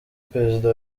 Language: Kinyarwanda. perezida